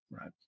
Right